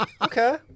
Okay